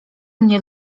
mnie